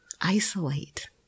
isolate